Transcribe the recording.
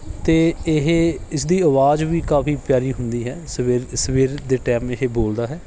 ਅਤੇ ਇਹ ਇਸਦੀ ਆਵਾਜ਼ ਵੀ ਕਾਫੀ ਪਿਆਰੀ ਹੁੰਦੀ ਹੈ ਸਵੇਰ ਸਵੇਰ ਦੇ ਟਾਈਮ ਇਹ ਬੋਲਦਾ ਹੈ